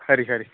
खरी खरी